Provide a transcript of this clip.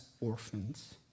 orphans